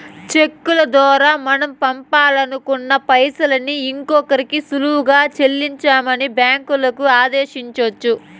చెక్కుల దోరా మనం పంపాలనుకున్న పైసల్ని ఇంకోరికి సులువుగా సెల్లించమని బ్యాంకులని ఆదేశించొచ్చు